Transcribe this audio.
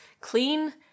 clean